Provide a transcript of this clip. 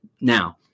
Now